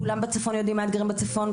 כולם בצפון יודעים מה האתגרים בצפון,